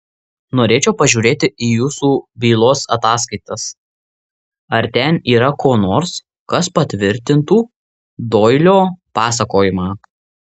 norėčiau pažiūrėti į jūsų bylos ataskaitas ar ten yra ko nors kas patvirtintų doilio pasakojimą